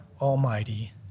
Almighty